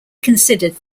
considered